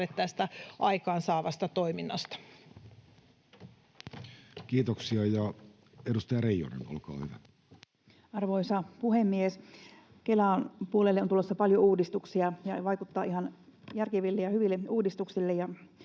tästä aikaansaavasta toiminnasta. Kiitoksia. — Edustaja Reijonen, olkaa hyvä. Arvoisa puhemies! Kelan puolelle on tulossa paljon uudistuksia, ja ne vaikuttavat ihan järkeville ja hyville uudistuksille